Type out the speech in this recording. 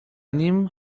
nim